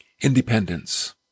Independence